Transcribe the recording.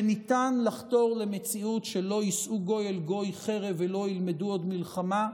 שניתן לחתור למציאות שלא יישא גוי אל גוי חרב ולא ילמדו עוד מלחמה,